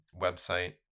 website